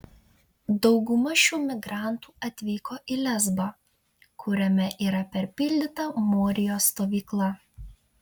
dauguma šių migrantų atvyko į lesbą kuriame yra perpildyta morijos stovykla